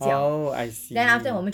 oh I see